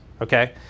Okay